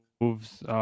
moves